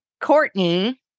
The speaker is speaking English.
courtney